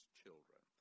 children